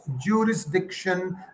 jurisdiction